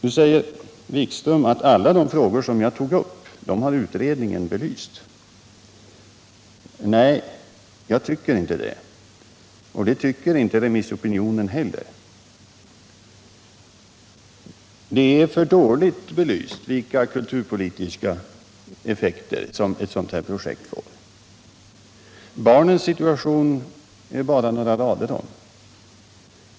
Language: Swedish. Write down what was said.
Utbildningsministern säger att utredningen har belyst alla de frågor som jag tog upp. Nej, det håller varken jag eller remissopinionen med om. Exempelvis de kulturpolitiska effekterna av ett sådant här projekt är för dåligt belysta, och barnens situation belyses endast med några rader.